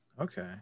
Okay